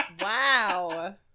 Wow